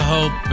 Hope